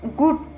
good